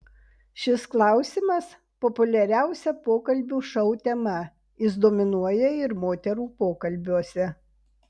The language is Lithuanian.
šis klausimas populiariausia pokalbių šou tema jis dominuoja ir moterų pokalbiuose